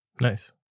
Nice